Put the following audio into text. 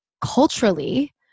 culturally